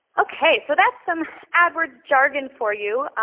okay so that's some adwords jargon for you.